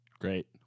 great